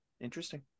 Interesting